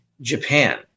Japan